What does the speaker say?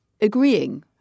agreeing